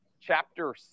chapter